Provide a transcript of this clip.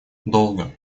долго